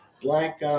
black